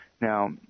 Now